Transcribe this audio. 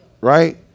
right